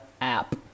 app